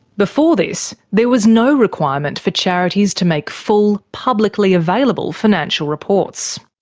before this there was no requirement for charities to make full publicly available financial reports.